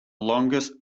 longest